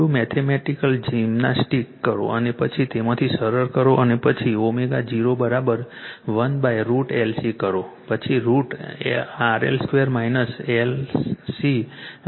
થોડું mathematical gymnastic કરો અને પછી તેમાંથી સરળ કરો અને પછી ω0 1√LC કરો પછી √ RL2 LC RC2 LC કરો